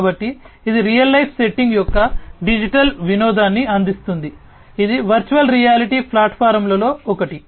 కాబట్టి ఇది real life setting యొక్క డిజిటల్ వినోదాన్ని అందిస్తుంది ఇది వర్చువల్ రియాలిటీ ప్లాట్ఫామ్లలో ఒకటి